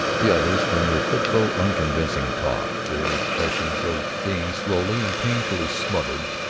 the others, from their fitful unconvincing talk, their expressions of being slowly and painfully smothered,